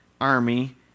army